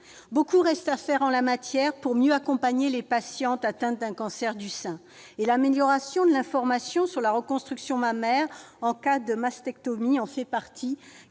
Beaucoup reste à faire en la matière pour mieux accompagner les patientes atteintes d'un cancer du sein. L'amélioration de l'information sur la reconstruction mammaire en cas de mastectomie en fait partie,